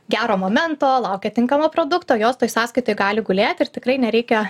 gero momento laukia tinkamo produkto jos toj sąskaitoj gali gulėt ir tikrai nereikia